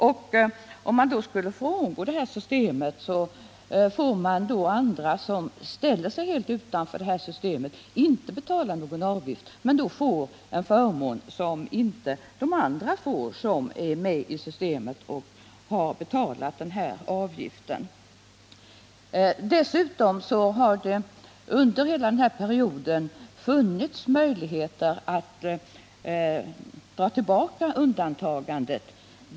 Om man då skulle frångå det här systemet får man andra som ställer sig helt utanför systemet, som inte betalar någon avgift men får en förmån som inte de får som är med i systemet och har betalat avgifter. Det har under hela denna period funnits möjligheter att ta tillbaka undantagandet.